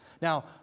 Now